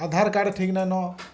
ଆଧାର card ଠିକ୍ ନାଇନ